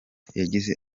yagize